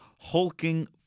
hulking